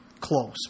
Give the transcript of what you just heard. close